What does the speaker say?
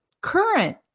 current